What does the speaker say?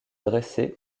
dressés